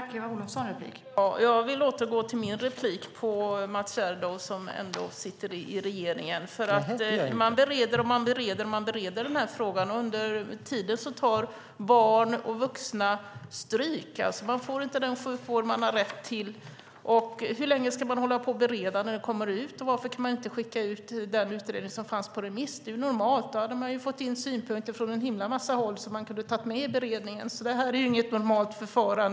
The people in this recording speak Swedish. Fru talman! Jag vill återgå till min replik på Mats Gerdau, som ändå sitter i regeringen. : Nej, det gör jag inte.) Man bereder och bereder den här frågan, men under tiden tar barn och vuxna stryk. De får inte den sjukvård som de har rätt till. Hur länge ska man hålla på och bereda? När kommer det ut? Varför kan man inte skicka ut den utredning som finns på remiss? Det är ju normalt. Då hade man fått in synpunkter från en himla massa håll som man hade kunnat ta med i beredningen. Det är inget normalt förfarande.